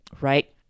right